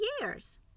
years